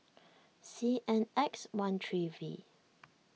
C N X one three V